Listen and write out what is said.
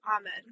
Amen